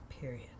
period